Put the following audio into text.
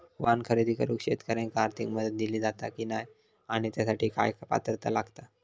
वाहन खरेदी करूक शेतकऱ्यांका आर्थिक मदत दिली जाता की नाय आणि त्यासाठी काय पात्रता लागता?